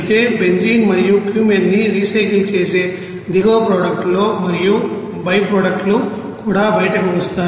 అయితే బెంజీన్ మరియు క్యూమెనీని రీసైకిల్ చేసే దిగువ ప్రొడక్ట్ లో మరియు బైప్రొడక్ట్ లు కూడా బయటకు వస్తాయి